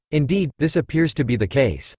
indeed, this appears to be the case.